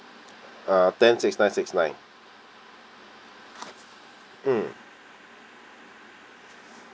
uh ten six nine six nine mm